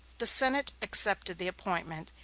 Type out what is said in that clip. the senate accepted the appointment,